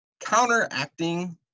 counteracting